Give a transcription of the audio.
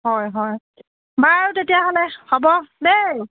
হয় হয় বাৰু তেতিয়াহ'লে হ'ব দেই